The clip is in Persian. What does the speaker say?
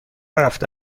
رفته